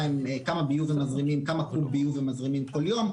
כמה קוב ביוב הם מזרימים כל יום,